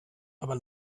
aber